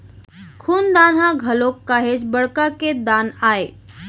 खून दान ह घलोक काहेच बड़का के दान आय